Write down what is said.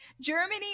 Germany